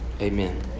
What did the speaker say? amen